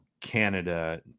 Canada